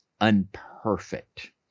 unperfect